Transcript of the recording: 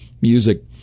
music